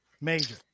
major